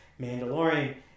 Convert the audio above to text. Mandalorian